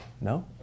No